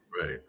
Right